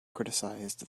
criticized